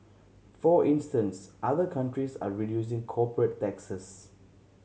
for instance other countries are reducing corporate taxes